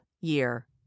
Year